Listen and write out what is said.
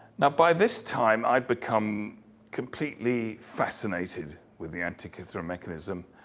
now by this time, i'd become completely fascinated with the antikythera mechanism.